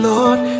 Lord